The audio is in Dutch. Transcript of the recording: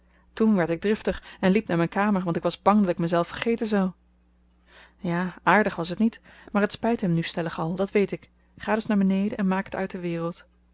toen werd ik driftig en liep naar mijn kamer want ik was bang dat ik mij zelf vergeten zou ja aardig was t niet maar het spijt hem nu stellig al dat weet ik ga dus naar beneden en maak het uit de wereld